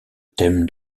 thème